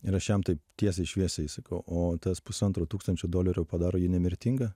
ir aš jam taip tiesiai šviesiai sakau o tas pusantro tūkstančio dolerių padaro jį nemirtingą